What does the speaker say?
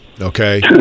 okay